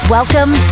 Welcome